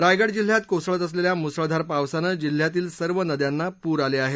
रायगड जिल्ह्यात कोसळत असलेल्या मुसळधार पावसानं जिल्हयातील सर्व नद्यांना पूर आले आहेत